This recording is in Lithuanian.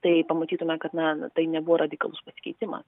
tai pamatytume kad na tai nebuvo radikalus pasikeitimas